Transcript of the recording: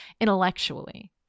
intellectually